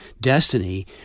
destiny